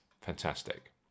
Fantastic